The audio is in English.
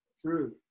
True